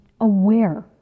aware